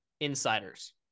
insiders